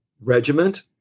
regiment